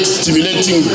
stimulating